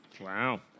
Wow